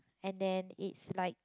and then it's like